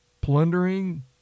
plundering